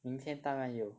明天当然有